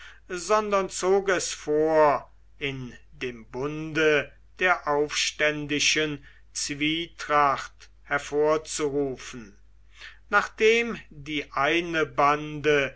sondern zog es vor in dem bunde der aufständischen zwietracht hervorzurufen nachdem die eine bande